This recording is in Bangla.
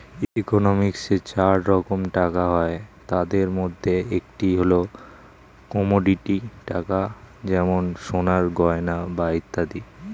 ইকোনমিক্সে চার রকম টাকা হয়, তাদের মধ্যে একটি হল কমোডিটি টাকা যেমন সোনার গয়না বা ইত্যাদি